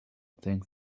things